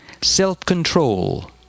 self-control